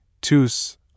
Tus